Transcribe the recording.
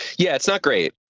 yeah it's such great